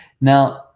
Now